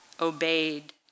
obeyed